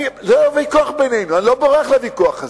זה הוויכוח בינינו, אני לא בורח לוויכוח הזה,